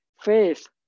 faith